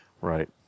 Right